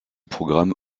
programmes